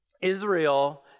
Israel